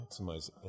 Maximize